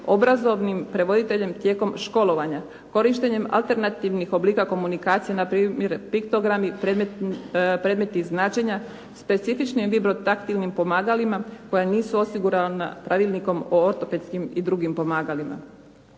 obrazovnim prevoditeljem tijekom školovanja, korištenjem alternativnih oblika komunikacije, npr. piktogrami, predmeti i značenja, specifičnim vibrotaktilnim pomagalima koja nisu osigurana pravilnikom o ortopedskim i drugim pomagalima